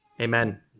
Amen